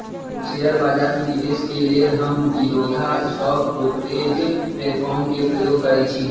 share बजार में निवेश के लेल हम जीरोधा स्टॉक ब्रोकरेज प्लेटफार्म के प्रयोग करइछि